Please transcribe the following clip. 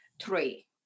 three